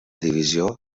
divisió